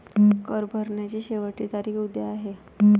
कर भरण्याची शेवटची तारीख उद्या आहे